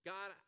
God